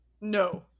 no